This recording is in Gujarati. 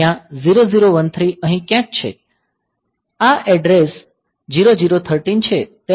ત્યાં 0013 અહીં ક્યાંક છે આ એડ્રેસ 0013 છે